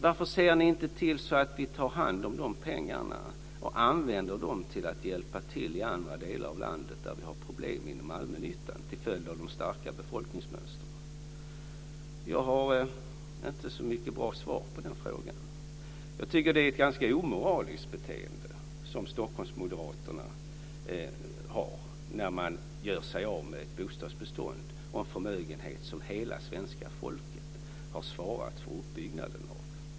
Varför ser ni inte till att ni tar hand om pengarna och använder dem till att hjälpa till i andra delar av landet, som har problem inom allmännyttan till följd av de starka befolkningsmönstren? Jag har inte så bra svar på den frågan. Jag tycker att det är ett ganska omoraliskt beteende som Stockholmsmoderaterna har när man gör sig av med ett bostadsbestånd och en förmögenhet som hela svenska folket har svarat för uppbyggnaden av.